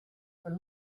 for